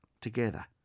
together